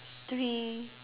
three